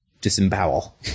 disembowel